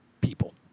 people